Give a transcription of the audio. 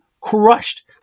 crushed